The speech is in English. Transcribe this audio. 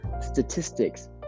Statistics